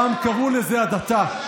קראו לזה הדתה.